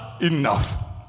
enough